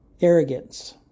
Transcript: Arrogance